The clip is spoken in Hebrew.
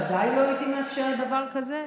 ודאי לא הייתי מאפשרת דבר כזה.